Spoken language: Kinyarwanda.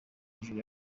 hejuru